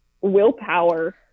willpower